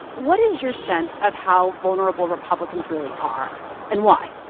what is your sense of how vulnerable republicans really are and why?